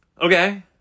Okay